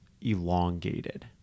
elongated